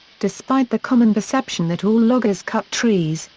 despite the common perception that all loggers cut trees,